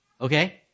Okay